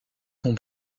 sont